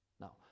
Now